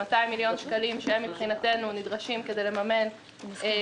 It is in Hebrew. ו-200 מיליון שקלים שהם מבחינתנו נדרשים כדי לממן גם